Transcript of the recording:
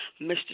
Mr